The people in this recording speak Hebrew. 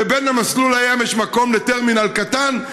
ובין המסלול לים יש מקום לטרמינל קטן,